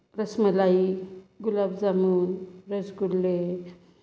रसमलाई गुलाबजामुन रसगुल्ले